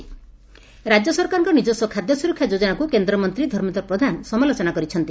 ମର୍ମେନ୍ଦ୍ର ପ୍ରଧାନ ରାଜ୍ୟ ସରକାରଙ୍କ ନିଜସ୍ୱ ଖାଦ୍ୟ ସୁରକ୍ଷା ଯୋଜନାକୁ କେନ୍ଦ୍ରମନ୍ତୀ ଧର୍ମେନ୍ଦ୍ର ପ୍ରଧାନ ସମାଲୋଚନା କରିଛନ୍ତି